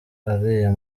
ariya